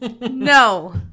No